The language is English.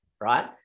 right